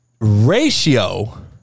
ratio